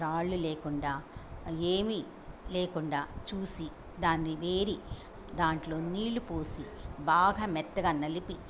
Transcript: రాళ్ళు లేకుండా ఏమి లేకుండా చూసి దాన్ని ఏరి దాంట్లో నీళ్ళు పోసి బాగా మెత్తగా నలిపి